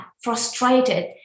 frustrated